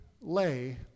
lay